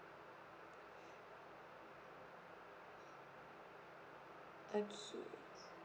okay